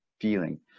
feeling